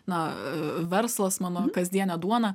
na verslas mano kasdienė duona